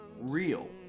real